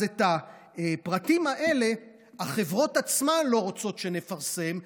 אז את הפרטים האלה החברות עצמן לא רוצות שנפרסם.